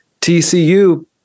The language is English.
TCU